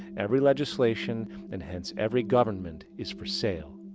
every legislation and hence, every government is for sale.